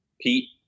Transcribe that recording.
Pete